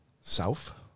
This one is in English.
South